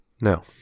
No